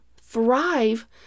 thrive